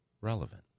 relevant